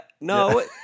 no –